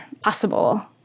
possible